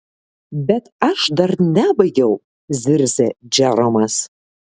bet aš dar nebaigiau zirzė džeromas